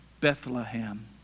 Bethlehem